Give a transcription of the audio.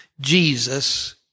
Jesus